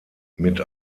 mit